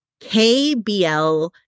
KBL